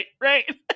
right